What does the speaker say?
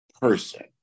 person